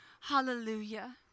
Hallelujah